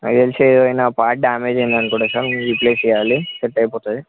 నాకు తెలిసి ఏదైనా పార్ట్ డ్యామేజ్ అయింది అనుకుంటా రీప్లేస్ చేయాలి సెట్ అయిపోతుంది